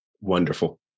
wonderful